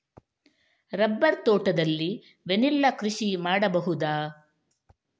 Rubber ತೋಟದಲ್ಲಿ vanilla ಕೃಷಿ ಮಾಡಬಹುದಾ?